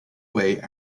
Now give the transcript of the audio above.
way